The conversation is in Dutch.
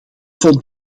vond